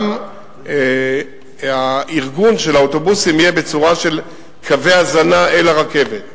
גם הארגון של האוטובוסים יהיה בצורה של קווי הזנה אל הרכבת.